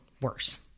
worse